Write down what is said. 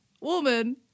woman